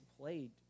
played